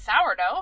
sourdough